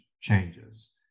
changes